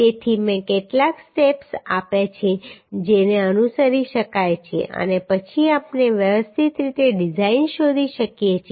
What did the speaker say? તેથી મેં કેટલાક સ્ટેપ્સ આપ્યા છે જેને અનુસરી શકાય છે અને પછી આપણે વ્યવસ્થિત રીતે ડિઝાઇન શોધી શકીએ છીએ